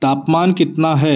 तापमान कितना है